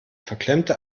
verklemmte